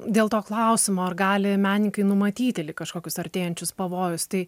dėl to klausimo ar gali menininkai numatyti lyg kažkokius artėjančius pavojus tai